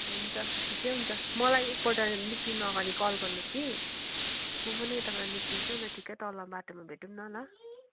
हुन्छ ठिकै हुन्छ मलाई एकपल्ट निक्लिनुअघाडि कल गर्नुहोस् कि म पनि यताबाट निक्लिन्छु ठिकै तल बाटोमा भेटौँ न ल